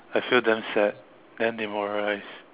I feel damn sad damn demoralized